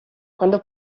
quando